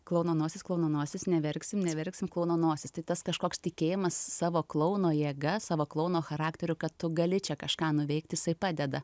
klouno nosis klouno nosis neverksim neverksim klouno nosis tai tas kažkoks tikėjimas savo klouno jėga savo klouno charakteriu kad tu gali čia kažką nuveikti jisai padeda